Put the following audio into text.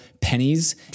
pennies